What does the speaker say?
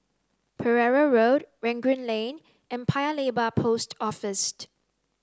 Pereira Road Rangoon Lane and Paya Lebar Post Office